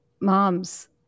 moms